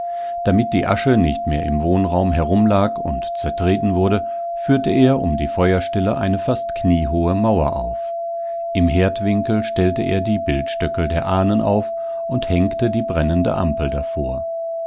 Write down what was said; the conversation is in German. damit die asche nicht mehr im wohnraum herumlag und zertreten wurde führte er um die feuerstelle eine fast kniehohe mauer auf im herdwinkel stellte er die bildstöckel der ahnen auf und hängte die brennende ampel davor